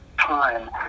time